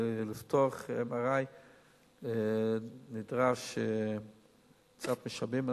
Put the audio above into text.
לפתוח MRI נדרש קצת משאבים.